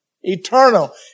Eternal